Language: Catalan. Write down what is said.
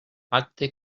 pacte